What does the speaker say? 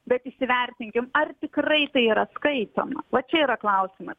bet įsivertinkim ar tikrai tai yra skaitoma va čia yra klausimas